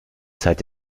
zeit